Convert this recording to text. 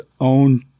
own